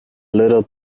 little